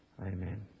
Amen